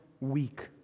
weak